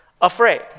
afraid